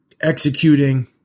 executing